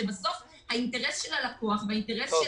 כאשר בסוף האינטרס של הלקוח והאינטרס של